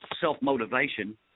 self-motivation